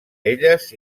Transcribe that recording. elles